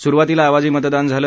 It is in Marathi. सुरुवातीला आवाजी मतदान झालं